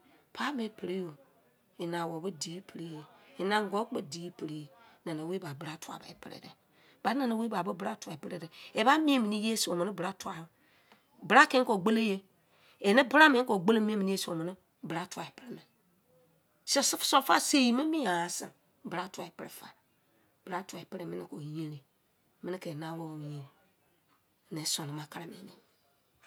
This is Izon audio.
Paimo pre-yo ene owobo di pre-yo ena ongu kpo di pre-yo. Nanawei ba bra tuwa prede, ba nanawei ba bra tuwa prede, eba mien mene ye se who mene bra tuwa. Bra ke mo ke gbolo ye, ene bra me gbolo mien mene ye se o mene bra tuwa pre mene, suffer sei mo mienghan se bra tuwa pre fa. Bra tuwa pre ke yerin, mene ke ena wobo mo yerin, me sonnuma kere mo erin.